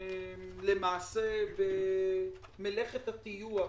למעשה במלאכת הטיוח,